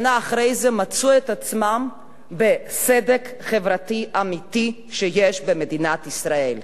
שנה אחרי זה מצאו את עצמם בסדק חברתי אמיתי שיש במדינת ישראל.